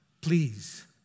Please